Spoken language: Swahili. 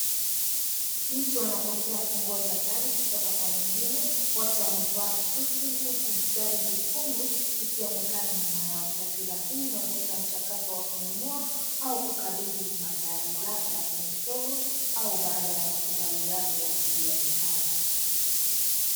Mtu anapokea funguo za gari kutoka kwa mwingine. Wote wamevaa suti, huku gari jekundu ikionekana yao. Taswira hii inaonyesha mchakato wa kununua au kukabidhi magari labda kwenye show au baada ya makubaliano ya kibiashara.